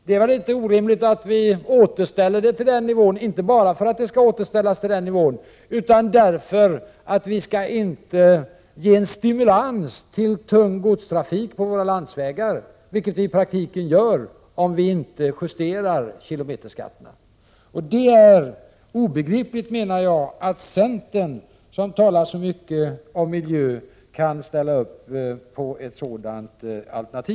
Det är väl inte orimligt att vi återställer det till den nivån — inte bara för den sakens egen skull utan för att vi inte skall ge någon stimulans till tung godstrafik på våra vägar, vilket vi i praktiken gör om vi inte justerar kilometerskatterna. Det är obegripligt, menar jag, att centern, som talar så mycket om miljön, inte kan ställa upp på ett sådant förslag.